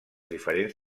diferents